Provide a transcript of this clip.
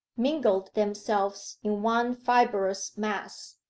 mingled themselves in one fibrous mass.